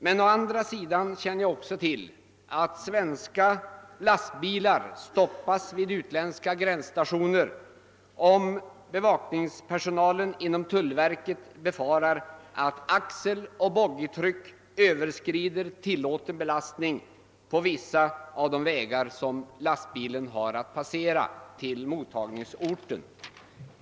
Å andra sidan känner jag till, att svenska lastbilar stoppas vid utländska gränsstationer, om bevakningspersonalen inom tullverket befarar att axeloch boggitryck överskrider tillåten belastning på vissa av de vägar som de har att passera till mottagningsorten.